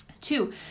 two